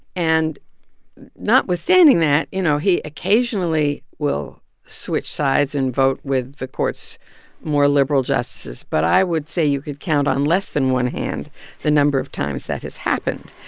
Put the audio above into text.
and notwithstanding that, you know, he occasionally will switch sides and vote with the court's more liberal justices. but i would say you could count on less than one hand the number of times that has happened,